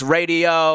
Radio